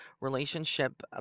relationship